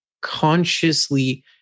consciously